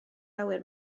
awyr